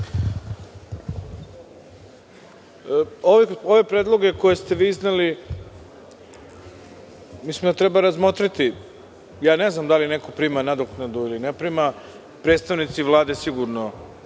Ove predloge koje ste vi izneli treba razmotriti. Ne znam da li neko prima nadoknadu ili ne prima, predstavnici Vlade sigurno